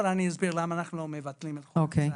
אני אסביר למה אנחנו לא מבטלים את חוק הסעד,